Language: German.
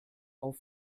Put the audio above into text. auf